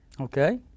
okay